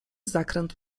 zakręt